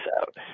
out